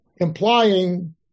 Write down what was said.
implying